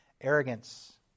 Arrogance